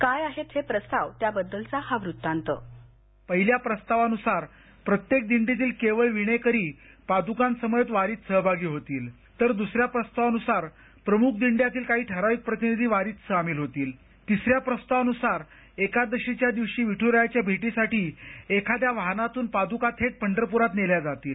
काय आहेत ते प्रस्ताव याबद्दलचा हा वृत्तांत पहिल्या प्रस्तावानुसार प्रत्येक दिंडीतील केवळ विणेकरी पादुकांसमवेत जातील दुसऱ्या प्रस्तावानुसार प्रमुख दिंड्यातील काही ठराविक प्रतिनिधी वारीत सहभागी होतील तर तिसऱ्या प्रस्तावानुसार एकादशीच्या दिवशी विठुरायाच्या भेटीसाठी एखाद्या वाहनातून पादुका थेट पंढरपुरात नेल्या जातील